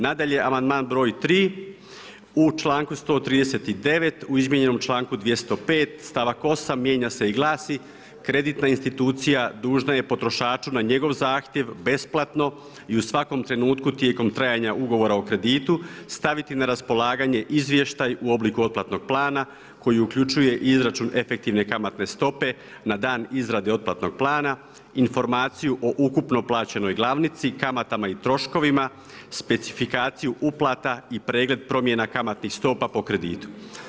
Nadalje, amandman br. 3 u članku 139 u izmijenjenom članku 205. stavak 8 mijenja se i glasi, kreditna institucija, dužna je potrošaču na njegov zahtjev, besplatno i u svakom trenutku tijekom trajanja ugovora o kreditu, staviti na raspolaganje izvještaj u obliku otplatnog plana koji uključuje izračun efektivne kamatne stope, na dan izrade otplatnog plana, informaciju o ukupnoj plaćenoj glavnici, kamatama i troškovima, specifikaciju uplata i pregled promjene kamatnih stopa po kreditu.